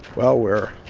well, we're